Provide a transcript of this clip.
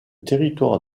territoire